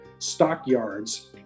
stockyards